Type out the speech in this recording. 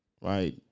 Right